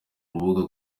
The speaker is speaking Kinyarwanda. rubuga